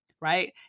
right